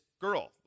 girl